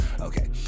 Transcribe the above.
okay